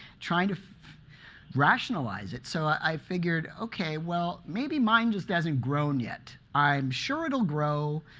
trying to rationalize it. so i figured, ok, well, maybe mine just hasn't grown yet. i'm sure it'll grow.